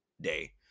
day